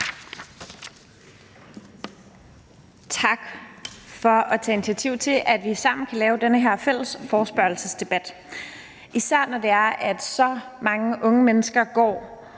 Tak for at tage initiativ til, at vi sammen kan lave den her fælles forespørgselsdebat. Det gælder især, når det er, at så mange unge mennesker,